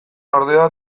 ordea